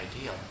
ideal